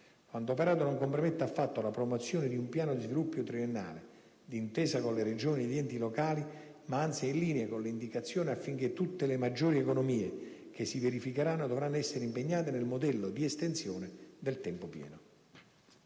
Quanto operato non compromette affatto la promozione di un piano di sviluppo triennale d'intesa con le Regioni e gli enti locali, ma anzi è in linea con le indicazioni affinché tutte le maggiori economie che si verificheranno dovranno essere impegnate nel modello di estensione del tempo pieno.